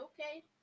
okay